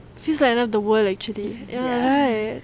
feels like end of the world actually ya right